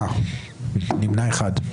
הצבעה בעד, 4 נגד, 9 נמנעים, אין לא אושרה.